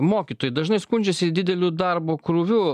mokytojai dažnai skundžiasi dideliu darbo krūviu